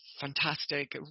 fantastic